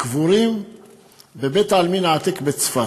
קבורים בבית-העלמין העתיק בצפת.